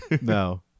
No